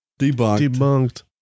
Debunked